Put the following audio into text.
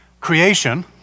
creation